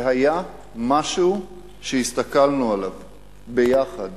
והיה משהו שהסתכלנו עליו ביחד